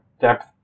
depth